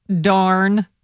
Darn